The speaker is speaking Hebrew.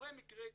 תיאורי מקרה,